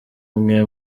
umwe